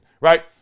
right